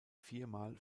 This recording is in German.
viermal